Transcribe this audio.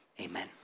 Amen